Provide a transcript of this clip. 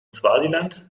swasiland